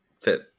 fit